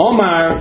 Omar